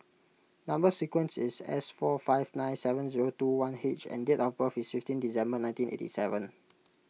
Number Sequence is S four five nine seven zero two one H and date of birth is fifteen December nineteen eight seven